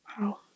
Wow